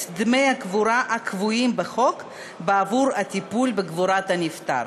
את דמי הקבורה הקבועים בחוק בעבור הטיפול בקבורת הנפטר.